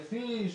1,000 איש,